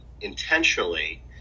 intentionally